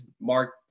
Mark